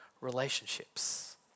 relationships